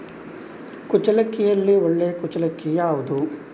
ಕುಚ್ಚಲಕ್ಕಿಯಲ್ಲಿ ಒಳ್ಳೆ ಕುಚ್ಚಲಕ್ಕಿ ಯಾವುದು?